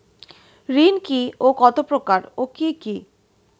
ঋণ কি ও কত প্রকার ও কি কি?